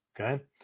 Okay